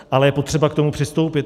Ale je potřeba k tomu přistoupit.